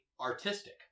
artistic